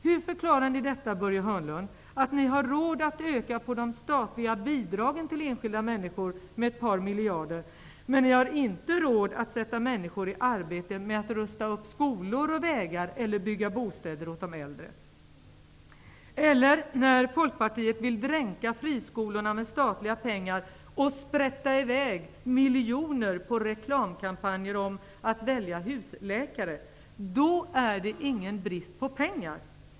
Hur förklarar ni, Börje Hörnlund, att ni har råd att öka på de statliga bidragen till enskilda människor med ett par miljarder, men ni har inte råd att sätta människor i arbete med att rusta upp skolor och vägar eller bygga bostäder åt de äldre? När Folkpartiet vill dränka friskolorna med statliga pengar och sprätta i väg miljoner på reklamkampanjer om att välja husläkare, då är det ingen brist i kassakistan.